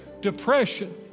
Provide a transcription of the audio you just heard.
depression